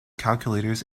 calculators